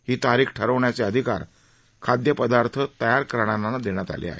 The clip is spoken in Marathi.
ही तारिख ठरविण्याचे अधिकार खाद्यपदार्थ तयार करणाऱ्यांना देण्यात आले आहेत